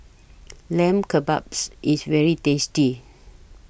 Lamb Kebabs IS very tasty